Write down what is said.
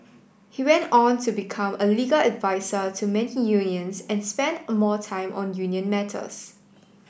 he went on to become a legal advisor to many unions and spent a more time on union matters